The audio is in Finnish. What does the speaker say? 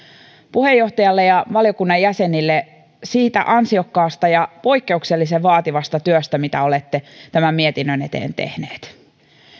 puheenjohtajalle ja valiokunnan jäsenille siitä ansiokkaasta ja poikkeuksellisen vaativasta työstä mitä olette tämän mietinnön eteen tehneet